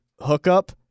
hookup